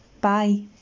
bye